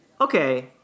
Okay